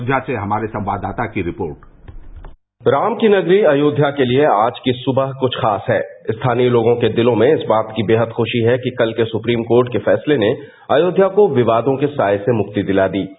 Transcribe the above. अयोध्या से हमारे संवाददाता की रिपोर्ट राम की नगरी अयोध्या के लिए आज की सुबह कुछ खास है स्थानीय लोगों के दिलों में इस बाद की बेहद खुशी है कि कल के सुप्रीम कोर्ट के फैसले ने अयोध्या को विवादों से साये से मुक्ति दिला दी